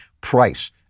price